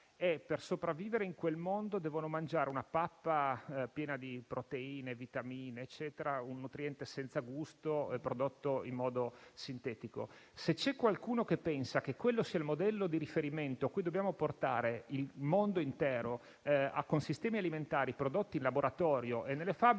Per sopravvivere in quel mondo devono mangiare una pappa piena di proteine, vitamine, eccetera; un nutriente senza gusto, prodotto in modo sintetico. Se c'è qualcuno che pensa che quello sia il modello di riferimento a cui dobbiamo portare il mondo intero, con sistemi alimentari prodotti in laboratorio e nelle fabbriche,